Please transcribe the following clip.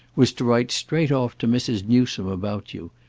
was to write straight off to mrs. newsome about you,